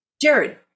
Jared